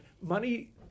money